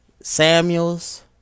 Samuels